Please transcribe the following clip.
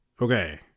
okay